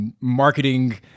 marketing